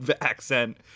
accent